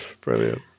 Brilliant